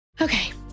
Okay